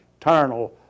eternal